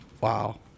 Wow